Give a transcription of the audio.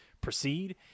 proceed